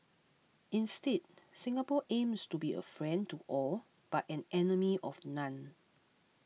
instead Singapore aims to be a friend to all but an enemy of none